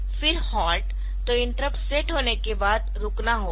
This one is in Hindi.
फिर हॉल्ट तो इंटरप्ट सेट होने के बाद रुकना होगा